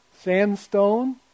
sandstone